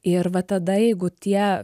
ir va tada jeigu tie